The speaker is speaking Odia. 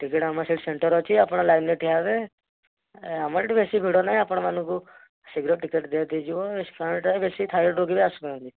ଟିକେଟ୍ ଆମର ସେଇଠି ସେଣ୍ଟର ଅଛି ଆପଣ ଲାଇନ୍ରେ ଠିଆହେବେ ଆ ଆମର ଏଇଠି ବେଶୀ ଭିଡ଼ ନାହିଁ ଆପଣମାନଙ୍କୁ ଶୀଘ୍ର ଟିକେଟ୍ ଦେଇଦିଆଯିବ ବେଶୀ ଥାଇରଏଡ଼ ରୋଗୀବି ଆସୁନାହାନ୍ତି